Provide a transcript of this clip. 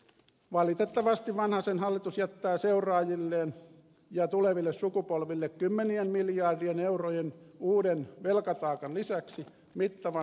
valitettavasti vanhasen hallitus jättää seuraajilleen ja tuleville sukupolville kymmenien miljardien eurojen uuden velkataakan lisäksi mittavan ilmastotaakan